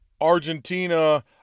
Argentina